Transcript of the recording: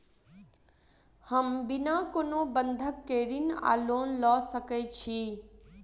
हम बिना कोनो बंधक केँ ऋण वा लोन लऽ सकै छी?